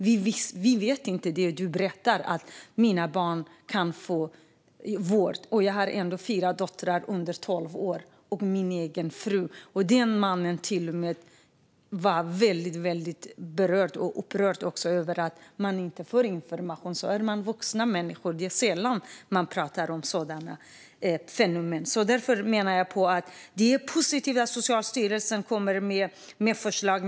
Vi visste inte det du berättade, att mina barn kan få vård. Jag har ändå fyra döttrar under tolv år och min egen fru." Mannen var väldigt berörd och upprörd över att man inte får information. Det är sällan vuxna människor pratar om sådana här fenomen. Det är positivt att Socialstyrelsen kommer med förslag.